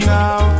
now